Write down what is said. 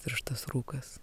tirštas rūkas